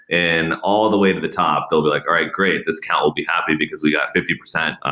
and all the way to the top they'll be like, all right, great. this account will be happy, because we got fifty percent